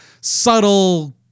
subtle